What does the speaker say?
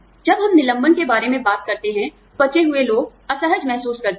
जब हम निलंबन के बारे में बात करते हैं तो बचे हुए लोग असहज महसूस कर सकते हैं